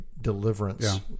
deliverance